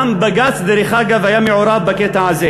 גם בג"ץ, דרך אגב, היה מעורב בקטע הזה,